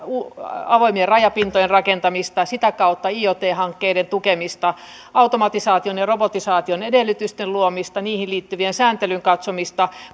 avoimien rajapintojen rakentamista sitä kautta iot hankkeiden tukemista automatisaation ja robotisaation edellytysten luomista niihin liittyvien sääntelyjen katsomista